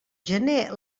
gener